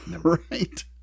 Right